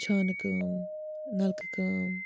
چھانہٕ کٲم نَلکہٕ کٲم